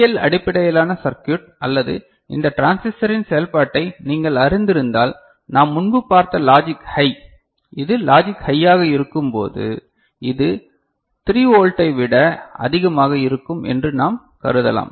L அடிப்படையிலான circuit அல்லது இந்த டிரான்சிஸ்டரின் செயல்பாட்டை நீங்கள் அறிந்திருந்தால் நாம் முன்பு பார்த்த லாஜிக் ஹை இது லாஜிக் ஹையாக இருக்கும்போது இது 3 வோல்ட்டை விட அதிகமாக இருக்கும் என்று நாம் கருதலாம்